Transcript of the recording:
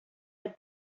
had